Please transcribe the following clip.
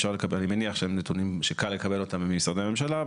אני מניח שאת הנתונים קל לקבל ממשרדי הממשלה.